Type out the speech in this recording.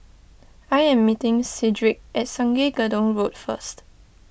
I am meeting Cedrick at Sungei Gedong Road first